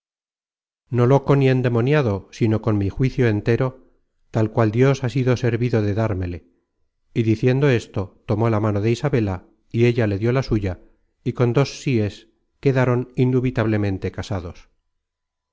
no loco ni endemoniado sino con mi juicio entero tal cual dios ha sido servido de dármele y diciendo esto tomó la mano de isabela y ella le dió la suya y con dos síes quedaron indubitablemente casados